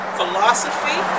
philosophy